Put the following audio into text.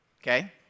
okay